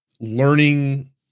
learning